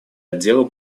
отдела